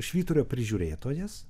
švyturio prižiūrėtojas